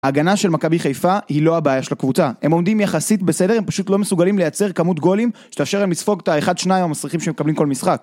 הגנה של מכבי חיפה היא לא הבעיה של הקבוצה הם עומדים יחסית בסדר, הם פשוט לא מסוגלים לייצר כמות גולים שתאפשר להם לספוג את האחד-שניים המסריחים שמקבלים כל משחק